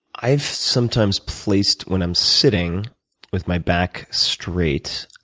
i've sometimes placed, when i'm sitting with my back straight